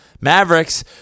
Mavericks